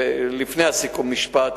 ולפני הסיכום משפט,